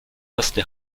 erste